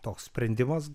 toks sprendimas